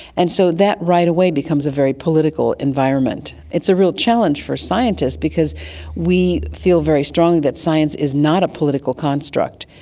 and so that right away becomes a very political environment. it's a real challenge for scientists because we feel very strongly that science is not a political construct.